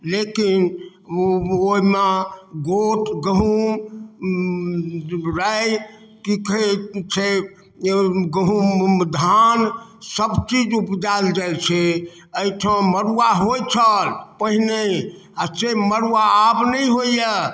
लेकिन ओ ओइमे गोट गहूँम जुग राइ की छै की छै गहूँम धान सब चीज उपजायल जाइ छै अइठाम मरुआ होइ छल पहिने आओर से मरुआ आब नहि होइए